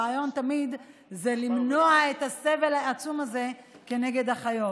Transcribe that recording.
הרעיון הוא תמיד למנוע את הסבל העצום הזה כנגד החיות.